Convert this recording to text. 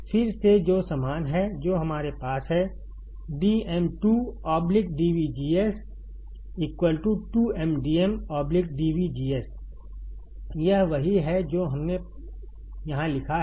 फिर से जो समान है जो हमारे पास है dm2 dVGS 2mdm dVGS यह वही है जो हमने यहां लिखा है